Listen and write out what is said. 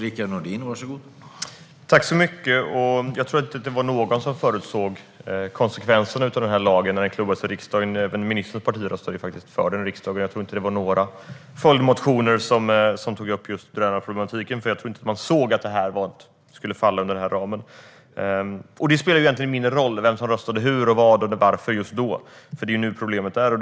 Herr talman! Jag tror inte att det var någon som förutsåg konsekvenserna av lagen när den klubbades i riksdagen. Även ministerns parti röstade för den, och jag tror inte att det fanns några följdmotioner där man tog upp just drönarproblematiken. Man såg nog inte att det skulle falla inom den här ramen. Det spelar egentligen mindre roll vem som röstade hur, på vad eller varför just då, för det är nu problemet finns.